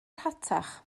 rhatach